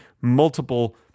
multiple